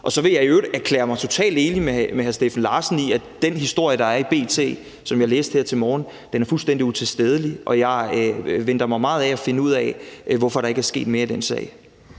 Så vil jeg i øvrigt erklære mig totalt enig med hr. Steffen Larsen i, at den historie, der står i B.T., og som jeg læste her til morgen, er fuldstændig utilstedelig, og jeg venter spændt på at finde ud af, hvorfor der ikke er sket mere i den sag.